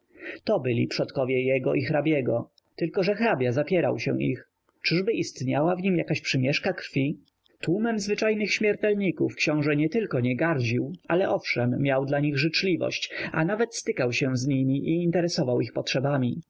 to byli przodkowie jego i hrabiego tylko że hrabia zapierał się ich czyżby istniała w nim jaka przymieszka krwi tłumem zwyczajnych śmiertelników książe nietylko nie gardził ale owszem miał dla nich życzliwość a nawet stykał się z nimi i interesował ich potrzebami